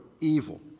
evil